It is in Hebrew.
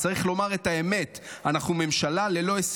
בוא נגיד